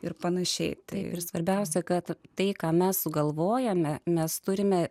ir pan tai ir svarbiausia kad tai ką mes sugalvojame mes turime